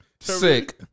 sick